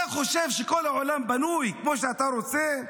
אתה חושב שכל העולם בנוי כמו שאתה רוצה?